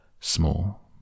small